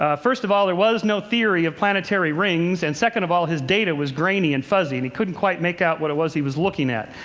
ah first of all, there was no theory of planetary rings. and second of all, his data was grainy and fuzzy, and he couldn't quite make out what he was looking at.